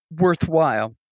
worthwhile